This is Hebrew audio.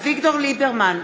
אביגדור ליברמן,